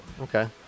Okay